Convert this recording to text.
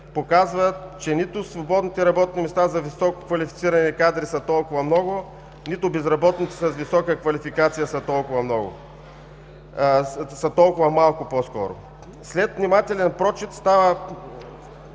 показват, че нито свободните работни места за висококвалифицирани кадри са толкова много, нито безработните с висока квалификация са толкова малко? След внимателен прочит на